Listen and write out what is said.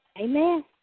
Amen